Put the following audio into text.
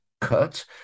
cut